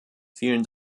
vielen